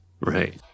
Right